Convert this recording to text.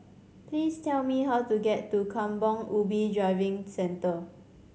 please tell me how to get to Kampong Ubi Driving Centre